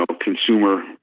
consumer